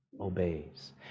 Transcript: obeys